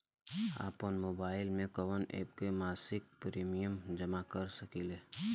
आपनमोबाइल में कवन एप से मासिक प्रिमियम जमा कर सकिले?